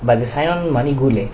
but the sign on money good leh